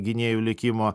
gynėjų likimo